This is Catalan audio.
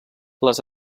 les